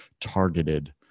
targeted